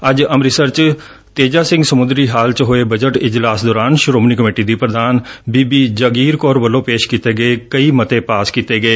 ਅੱਜ ਅੰਮ੍ਰਿਤਸਰ ਵਿਖੇ ਤੇਜਾ ਸਿੰਘ ਸਮੁੰਦਰੀ ਹਾਲ ਚ ਹੋਏ ਬਜਟ ਇਜਲਾਸ ਦੋਰਾਨ ਸ੍ਰੋਮਣੀ ਕਮੇਟੀ ਦੀ ਪ੍ਰਧਾਨ ਬੀਬੀ ਜਗੀਰ ਕੌਰ ਵੱਲੋ ਪੇਸ਼ ਕੀਤੇ ਗਏ ਕਈ ਮਤੇ ਪਾਸ ਕੀਤੇ ਗਏ